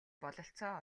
бололцоо